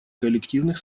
коллективных